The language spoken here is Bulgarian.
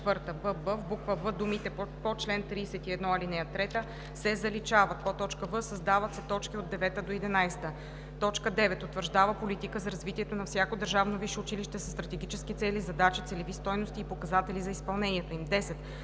4“; бб) в буква „в“ думите „по чл. 31, ал. 3“ се заличават; г) създават се т. 9 – 11: „9. утвърждава политика за развитието на всяко държавно висше училище със стратегически цели, задачи, целеви стойности и показатели за изпълнението им; 10.